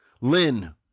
Lynn